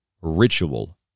ritual